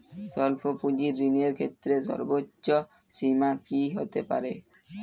স্বল্প পুঁজির ঋণের ক্ষেত্রে সর্ব্বোচ্চ সীমা কী হতে পারে?